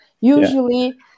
usually